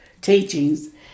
teachings